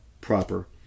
proper